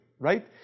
Right